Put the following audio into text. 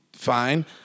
Fine